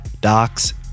docs